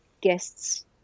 guests